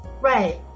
Right